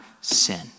sin